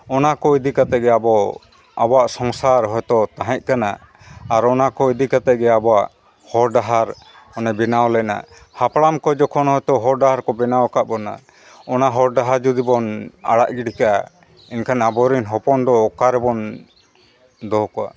ᱚᱱᱟ ᱠᱚ ᱤᱫᱤ ᱠᱟᱛᱮᱫ ᱜᱮ ᱟᱵᱚ ᱟᱵᱚᱣᱟᱜ ᱥᱚᱝᱥᱟᱨ ᱦᱳᱭ ᱛᱚ ᱛᱟᱦᱮᱸᱜ ᱠᱟᱱᱟ ᱟᱨ ᱚᱱᱟ ᱠᱚ ᱤᱫᱤ ᱠᱟᱛᱮᱜ ᱜᱮ ᱟᱵᱚᱣᱟᱜ ᱦᱚᱨ ᱰᱟᱦᱟᱨ ᱚᱱᱮ ᱵᱮᱱᱟᱣ ᱞᱮᱱᱟ ᱦᱟᱯᱲᱟᱢ ᱠᱚ ᱡᱚᱠᱷᱚᱱ ᱦᱚᱨ ᱰᱟᱦᱟᱨ ᱠᱚ ᱵᱮᱱᱟᱣ ᱠᱟᱫ ᱵᱚᱱᱟ ᱚᱱᱟ ᱦᱚᱨ ᱰᱟᱦᱟᱨ ᱡᱩᱫᱤ ᱵᱚᱱ ᱟᱲᱟᱝ ᱜᱤᱰᱤ ᱠᱟᱜᱼᱟ ᱮᱱᱠᱷᱟᱱ ᱟᱵᱚ ᱨᱮᱱ ᱦᱚᱯᱚᱱ ᱫᱚ ᱚᱠᱟ ᱨᱮᱵᱚᱱ ᱫᱚᱦᱚ ᱠᱚᱣᱟ